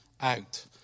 out